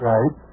Right